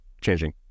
changing